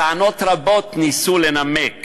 בטענות רבות ניסו לנמק